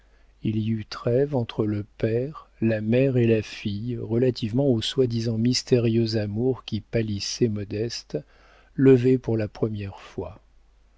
il y eut trêve entre le père la mère et la fille relativement au soi-disant mystérieux amour qui pâlissait modeste levée pour la première fois